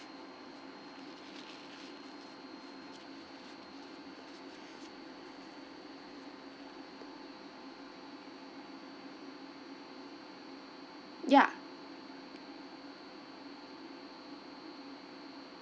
ya